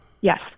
Yes